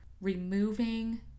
removing